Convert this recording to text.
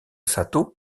satō